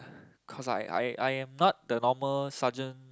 cause I I I am not the normal sergeant